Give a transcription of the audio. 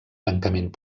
tancament